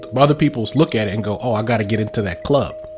um other people look at it and go, oh i got to get into that club,